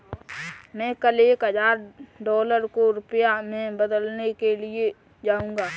मैं कल एक हजार डॉलर को रुपया में बदलने के लिए जाऊंगा